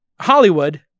Hollywood